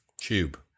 Tube